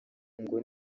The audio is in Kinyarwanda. ngo